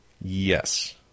Yes